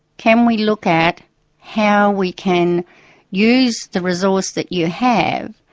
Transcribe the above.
can we look at how we can use the resource that you have,